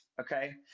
Okay